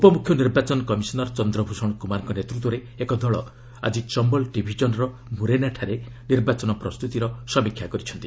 ଉପମୁଖ୍ୟ ନିର୍ବାଚନ କମିଶନର୍ ଚନ୍ଦ୍ରଭୂଷଣ କୁମାରଙ୍କ ନେତୃତ୍ୱରେ ଏକ ଦଳ ଆଜି ଚମ୍ବଲ୍ ଡିଭିଜନ୍ର ମୁରେନାଠାରେ ନିର୍ବାଚନ ପ୍ରସ୍ତୁତିର ସମୀକ୍ଷା କରିଛନ୍ତି